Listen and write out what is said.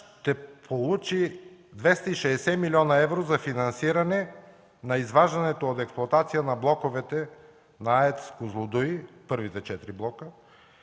ще получи 260 млн. евро за финансиране на изваждането от експлоатация на блоковете на АЕЦ „Козлодуй” – първите четири блока,